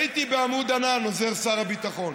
הייתי בעמוד ענן עוזר שר הביטחון,